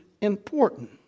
important